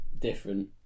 different